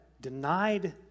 denied